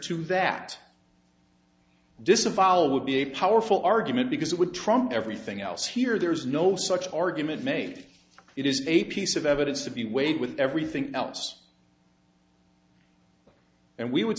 to that disavowal would be a powerful argument because it would trump everything else here there is no such argument made it is a piece of evidence to be weighed with everything else and we would